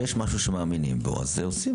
כשיש משהו שמאמינים בו אז עושים.